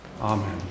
Amen